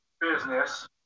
business